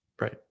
right